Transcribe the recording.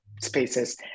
spaces